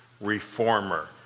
reformer